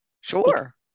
Sure